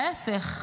להפך,